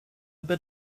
bit